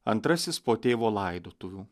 antrasis po tėvo laidotuvių